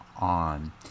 on